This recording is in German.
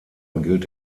gilt